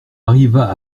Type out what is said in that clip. arriva